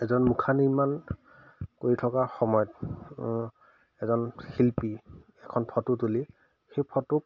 এজন মুখা নিৰ্মাণ কৰি থকা সময়ত এজন শিল্পী এখন ফটো তুলি সেই ফটো